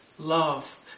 Love